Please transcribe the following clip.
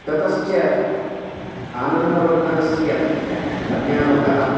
ततश्च आनन्दवर्धनस्य ध्वन्यालोकः